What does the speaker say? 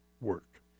work